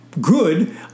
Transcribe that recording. good